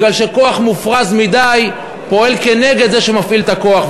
כי כוח מופרז מדי פועל נגד מי שמפעיל את הכוח,